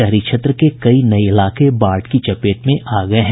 शहरी क्षेत्र के कई नये इलाके बाढ़ की चपेट में आ गये हैं